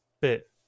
bit